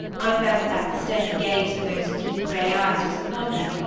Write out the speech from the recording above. i felt that the steady gaze of those deep grey eyes was upon me,